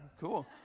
cool